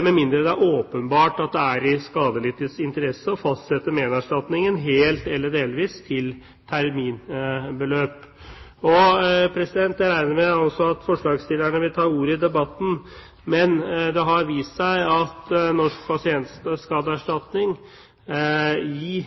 med mindre det er åpenbart at det er i skadelidtes interesse å fastsette menerstatningen helt eller delvis til terminbeløp. Jeg regner med at forslagsstillerne vil ta ordet i debatten, men det har vist seg at Norsk pasientskadeerstatning i